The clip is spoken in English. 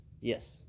Yes